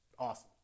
Awesome